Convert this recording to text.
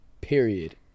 Period